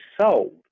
sold